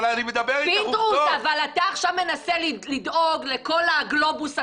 אבל אתה עכשיו מנסה לדאוג לכל הגלובוס עצמו,